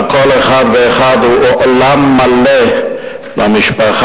אשר כל אחד ואחד הוא עולם מלא למשפחה,